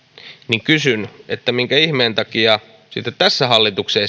niin kysyn minkä ihmeen takia sitten kun tästä hallituksen